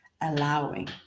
allowing